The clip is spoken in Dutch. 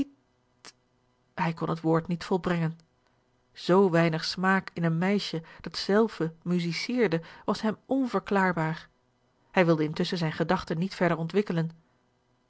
hij kon het woord niet volbrengen zoo weinig smaak in een meisje dat zelve musiceerde was hem onverklaarbaar hij wilde intusschen zijne gedachten niet verder ontwikkelen